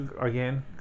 again